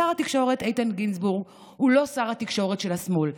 שר התקשורת איתן גינזבורג הוא לא שר התקשורת של השמאל.